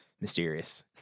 mysterious